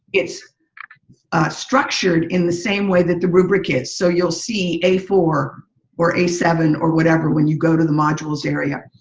it's structured in the same way that the rubric is. so you'll see a four or a seven or whatever when you got to the modules area.